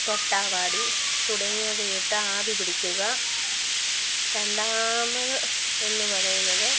തൊട്ടാവാടി തുടങ്ങിയവയിട്ട് ആവി പിടിക്കുക രണ്ടാമത് എന്ന് പറയുന്നത്